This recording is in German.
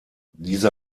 dieser